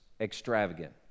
extravagant